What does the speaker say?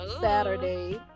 Saturday